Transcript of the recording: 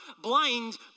blind